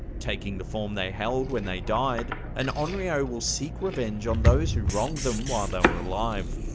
taking the form they held when they died, an onryo will seek revenge on those who wrong them while they were alive.